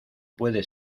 puede